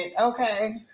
okay